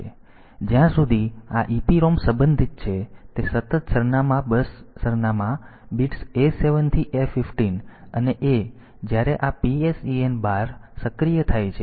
તેથી જ્યાં સુધી આ EPROM સંબંધિત છે તે સતત સરનામાં બસ સરનામાં બિટ્સ A7 થી A15 અને a જ્યારે આ PSEN બાર લાઇન સક્રિય થાય છે ત્યારે તેને જપ્ત કરે છે